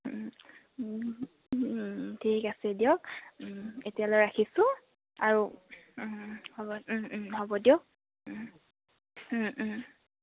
ঠিক আছে দিয়ক এতিয়ালৈ ৰাখিছোঁ আৰু হ'ব হ'ব দিয়ক